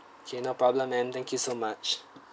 okay no problem ma'am thank you so much